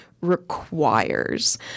requires